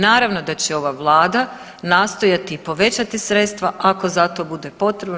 Naravno da će ova vlada nastojati i povećati sredstva ako za to bude potrebe.